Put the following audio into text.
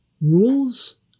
rules